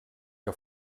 que